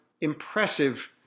impressive